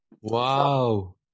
Wow